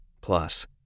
Plus